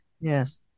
Yes